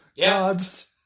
gods